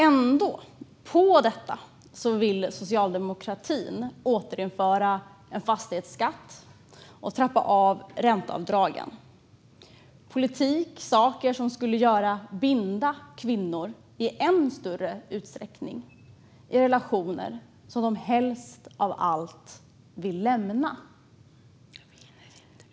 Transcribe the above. Ändå vill socialdemokratin, ovanpå detta, återinföra fastighetsskatten och trappa ned ränteavdragen. Det är politik och saker som skulle binda kvinnor i ännu större utsträckning i relationer som de helst av allt vill lämna.